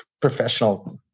professional